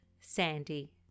Sandy